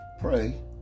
pray